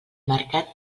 mercat